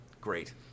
Great